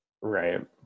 Right